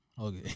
okay